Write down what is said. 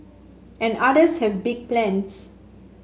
and others have big plans